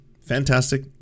fantastic